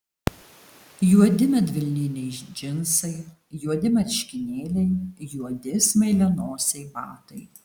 juodi medvilniniai džinsai juodi marškinėliai juodi smailianosiai batai